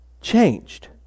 changed